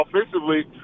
offensively